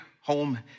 home